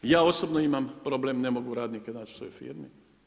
Ja osobno imamo problem, ne mogu radnike naći u svojoj firmi.